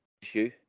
issue